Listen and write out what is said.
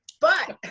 but